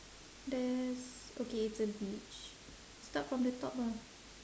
there's okay it's a beach start from the top ah